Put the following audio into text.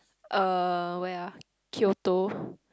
uh where ah Kyoto